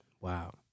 wow